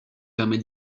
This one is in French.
permet